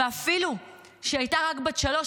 ואפילו שהייתה רק בת שלוש,